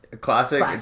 classic